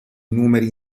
numeri